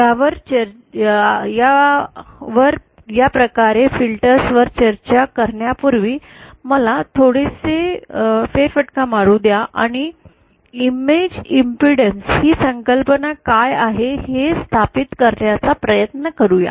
यावर या प्रकारच्या फिल्टरवर चर्चा करण्यापूर्वी मला थोडेसे फेरफटका मारु द्या आणि इमेज इम्पीडैन्स ही संकल्पना काय आहे हे स्थापित करण्याचा प्रयत्न करूया